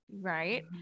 Right